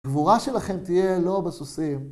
גבורה שלכם תהיה לא בסוסים.